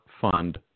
fund